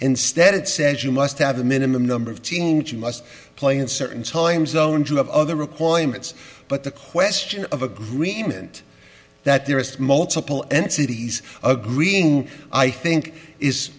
instead it says you must have a minimum number of genes you must play in certain time zone to have other requirements but the question of agreement that there is multiple entities agreeing i think is